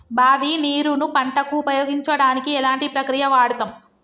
బావి నీరు ను పంట కు ఉపయోగించడానికి ఎలాంటి ప్రక్రియ వాడుతం?